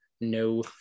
no